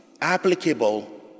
applicable